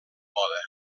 moda